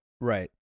Right